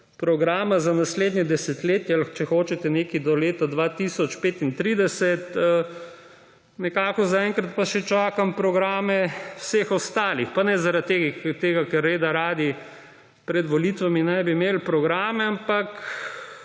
programa za naslednje desetletje, ali če hočete nekje do leta 2035. Zaenkrat pa še čakam programe vseh ostalih. Pa ne zaradi tega, ker naj bi reda radi pred volitvami imeli programe, ampak